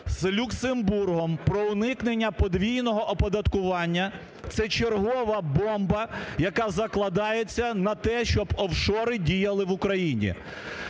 з Люксембургом про уникнення подвійного оподаткування це чергова бомба, яка закладається на те, щоб офшори діяли в Україні.